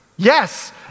Yes